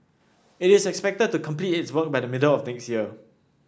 it is expected to complete its work by the middle of next year